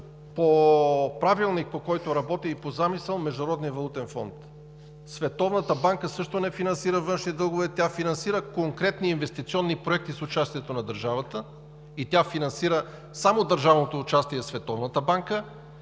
по правилник, по който работи, и по замисъл Международният валутен фонд. Световната банка също не финансира външни дългове. Тя финансира конкретни инвестиционни проекти с участието на държавата и тя финансира само държавното участие в Световната банка,